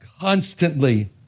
constantly